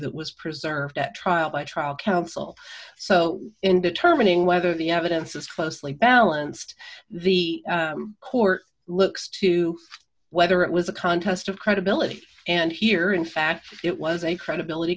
that was preserved at trial by trial counsel so in determining whether the evidence is closely balanced the court looks to whether it was a contest of credibility and here in fact it was a credibility